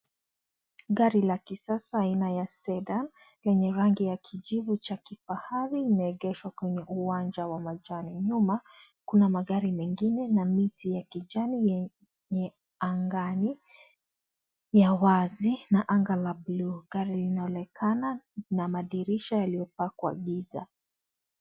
Gari la kisasa lenye rangi la kijivu la kifahari limeegheshwa kwenye uwanja, nyuma kuna magari mengine na miti ya kijani angani la wazi na anga la buluu, gari linaonekana na madirisha yaliyopakwa giza.